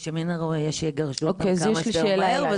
ושמן הראוי שיגרשו אותם כמה שיותר מהר,